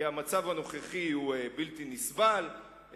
כי המצב הנוכחי הוא בלתי נסבל,